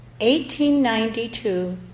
1892